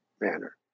manner